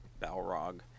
balrog